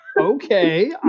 Okay